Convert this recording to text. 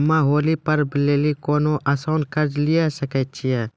हम्मय होली पर्व लेली कोनो आसान कर्ज लिये सकय छियै?